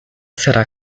será